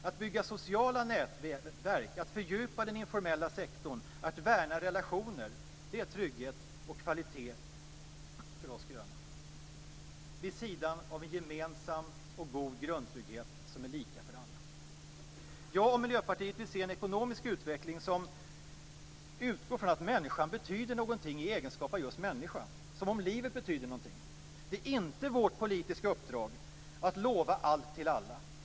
Att bygga sociala nätverk, att fördjupa den informella sektorn, att värna relationer; det är trygghet och kvalitet för oss gröna, vid sidan av en gemensam och god grundtrygghet som är lika för alla. Jag och Miljöpartiet vill se en ekonomisk utveckling som utgår från att människan betyder någonting i egenskap av just människa, som om livet betyder någonting. Det är inte vårt politiska uppdrag att lova allt till alla.